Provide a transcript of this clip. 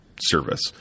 service